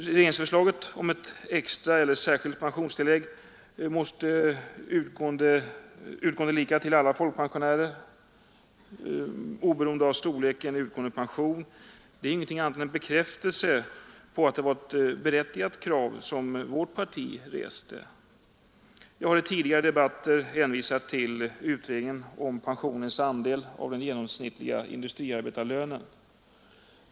Regeringsförslaget i våras om ett särskilt pensionstillägg, som utgår lika till alla folkpensionärer, oberoende av den utgående pensionens storlek, var en bekräftelse på att det är ett berättigat krav som vårt parti har rest. Vi har i tidigare debatter hänvisat till en jämförelse mellan pensionens storlek och den genomsnittliga industriarbetarlönen.